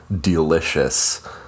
delicious